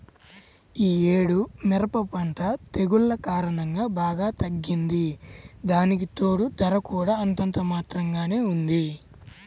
యీ యేడు మిరప పంట తెగుల్ల కారణంగా బాగా తగ్గింది, దానికితోడూ ధర కూడా అంతంత మాత్రంగానే ఉంది